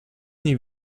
nie